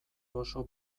oso